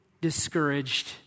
discouraged